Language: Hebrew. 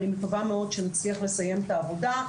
אני מקווה מאוד שנצליח לסיים את העבודה.